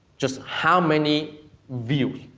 just how many views,